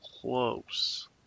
close